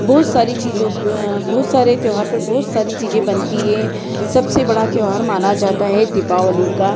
बहुत सारी चीजों पे बहुत सारे त्योहार पर बहुत सारी चीज़ें बनती हैं सबसे बड़ा त्योहार माना जाता है दीपावली का